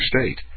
state